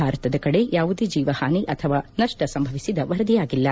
ಭಾರತದ ಕಡೆ ಯಾವುದೇ ಜೇವಹಾನಿ ಅಥವಾ ನಷ್ಟ ಸಂಭವಿಸಿದ ವರದಿಯಾಗಿಲ್ಲ